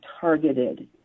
targeted